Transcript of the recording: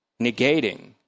negating